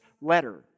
letter